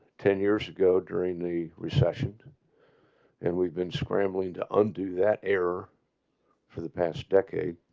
ten years ago during the recession and we've been scrambling to undo that error for the past decade